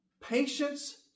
patience